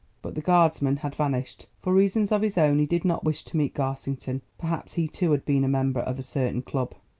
but the guardsman had vanished. for reasons of his own he did not wish to meet garsington. perhaps he too had been a member of a certain club.